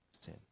sin